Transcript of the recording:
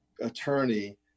attorney